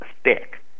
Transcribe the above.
stick